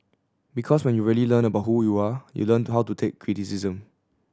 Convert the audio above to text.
because when you really learn about who you are you learn to how to take criticism